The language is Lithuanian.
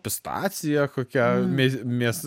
pistacija kokia mė mės